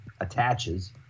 attaches